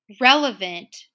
relevant